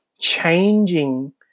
changing